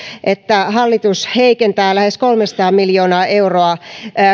että hallitus heikentää lähes kolmesataa miljoonaa euroa